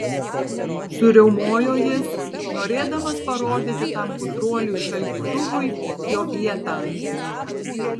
suriaumojo jis norėdamas parodyti tam gudruoliui šaldytuvui jo vietą